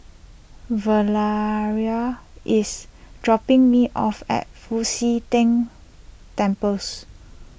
Valeria is dropping me off at Fu Xi Tang Temples